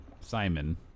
Simon